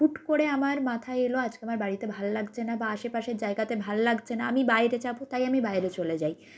হুট করে আমার মাথায় এল আজকে আমার বাড়িতে ভালো লাগছে না বা আশেপাশের জায়গাতে ভালো লাগছে না আমি বাইরে যাব তাই আমি বাইরে চলে যাই